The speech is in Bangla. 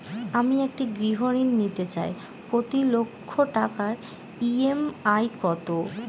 আমি একটি গৃহঋণ নিতে চাই প্রতি লক্ষ টাকার ই.এম.আই কত?